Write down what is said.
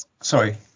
sorry